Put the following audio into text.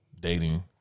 Dating